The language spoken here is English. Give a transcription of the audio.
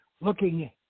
looking